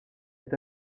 est